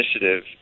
initiative